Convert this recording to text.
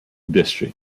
district